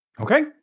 Okay